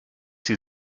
sie